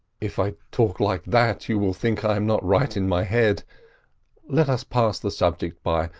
if i talk like that you will think i am not right in my head let us pass the subject by,